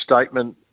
statement